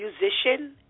musician